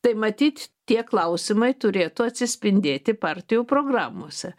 tai matyt tie klausimai turėtų atsispindėti partijų programose